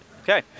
okay